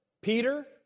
Peter